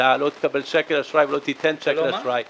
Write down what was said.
אתה לא תקבל שקל אשראי ולא תיתן שקל אשראי -- אתה לא מה?